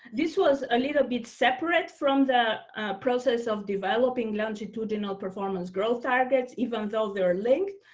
this was a little bit separate from the process of developing longitudinal performance growth targets even though they're linked.